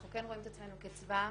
אנחנו רואים את עצמנו כצבא העם,